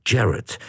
Jarrett